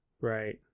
Right